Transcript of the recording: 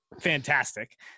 fantastic